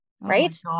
right